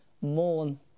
mourn